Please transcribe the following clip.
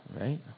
right